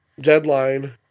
Deadline